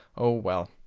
oh well,